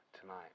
tonight